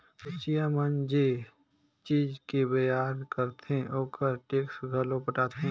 कोचिया मन जे चीज के बेयार करथे ओखर टेक्स घलो पटाथे